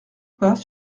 pas